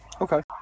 Okay